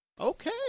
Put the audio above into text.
Okay